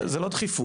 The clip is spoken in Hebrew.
זה לא דחיפות,